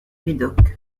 médoc